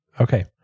Okay